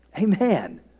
Amen